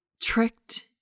tricked